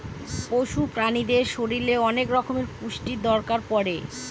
পশু প্রাণীদের শরীরে অনেক রকমের পুষ্টির দরকার পড়ে